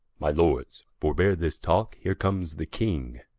my lords, forbeare this talke heere comes the king.